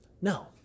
No